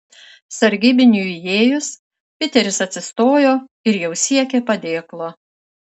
sargybiniui įėjus piteris atsistojo ir jau siekė padėklo